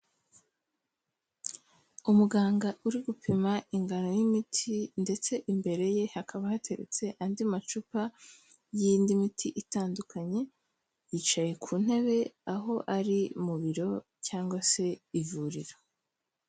Umuganga uri gupima ingano y'imiti, ndetse imbere ye hakaba hateretse andi macupa y'indi miti itandukanye, yicaye ku ntebe aho ari mu biro cyangwa se ivuriro.